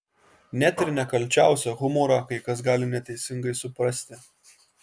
net ir nekalčiausią humorą kai kas gali neteisingai suprasti